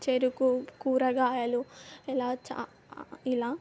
చెరుకు కూరగాయలు ఇలా చా ఇలా